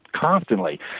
constantly